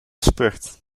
spurt